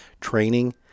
training